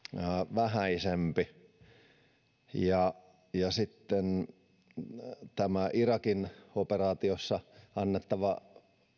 vähäisempi sitten koen että tämä irakin operaatiossa annettava